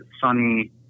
sunny